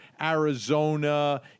Arizona